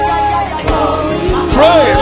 Pray